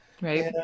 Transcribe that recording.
Right